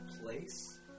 place